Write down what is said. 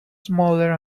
smaller